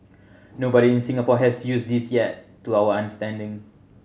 nobody in Singapore has used this yet to our understanding